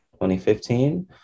2015